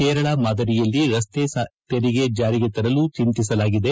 ಕೇರಳ ಮಾದರಿಯಲ್ಲಿ ರಕ್ತೆ ತೆರಿಗೆ ಜಾರಿಗೆ ತರಲು ಚಿಂತಿಸಲಾಗಿದೆ